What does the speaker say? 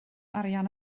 arian